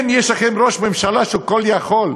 כן, יש לכם ראש ממשלה שהוא כול יכול,